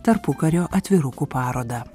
tarpukario atvirukų parodą